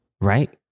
right